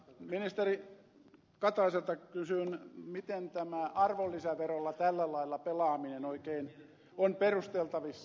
ministeri kataiselta kysyn miten tämä arvonlisäverolla tällä lailla pelaaminen oikein on perusteltavissa